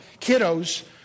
kiddos